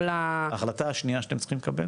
ההחלטה השנייה שאתם צריכים לקבל